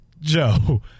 Joe